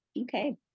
Okay